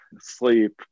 sleep